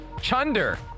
Chunder